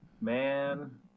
Man